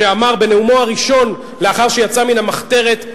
שאמר בנאומו הראשון לאחר שיצא מן המחתרת,